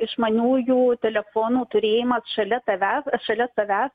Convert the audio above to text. išmaniųjų telefonų turėjimas šalia tavę šalia tavęs